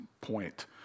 point